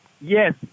Yes